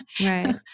right